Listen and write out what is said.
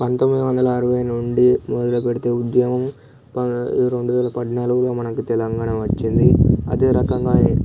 పంతొమ్మిది వందల అరవై నుండి మొదలుపెడితే ఉద్యమం రెండువేల పద్నాలుగులో మనకి తెలంగాణ వచ్చింది అదే రకంగా